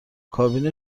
کابین